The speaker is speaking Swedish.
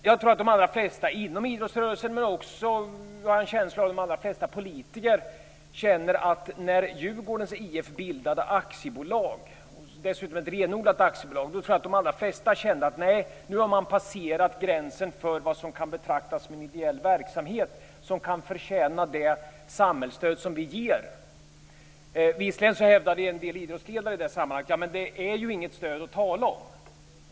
Jag tror att de allra flesta inom idrottsrörelsen - jag har en känsla av att det också gäller de allra flesta politiker - kände att man hade passerat gränsen för vad som kan betraktas som en ideell verksamhet som förtjänar det samhällsstöd som vi ger när Djurgårdens Visserligen hävdade en del idrottsledare i det sammanhanget att det inte är något stöd att tala om.